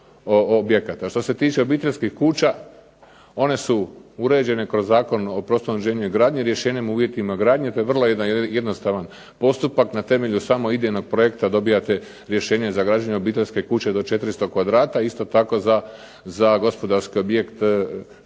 Što se tiče obiteljskih kuća one su uređene kroz Zakon o prostornom uređenju i gradnji, rješenjem o uvjetima gradnje. To je jedan vrlo jednostavan postupak. Na temelju samo idejnog projekta dobijate rješenje za građenje obiteljske kuće do 400 kvadrata. Isto tako za gospodarski objekt 600